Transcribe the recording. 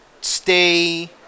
stay